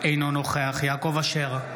אינו נוכח יעקב אשר,